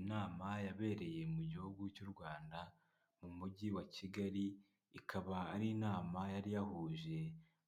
Inama yabereye mu gihugu cy'u rwanda mu mujyi wa Kigali, ikaba ari inama yari yahuje